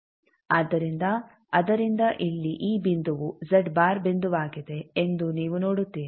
ಆದ್ದರಿಂದ ಅದರಿಂದ ಇಲ್ಲಿ ಈ ಬಿಂದುವು ಬಿಂದುವಾಗಿದೆ ಎಂದು ನೀವು ನೋಡುತ್ತೀರಿ